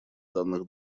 данных